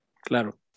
claro